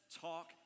talk